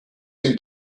too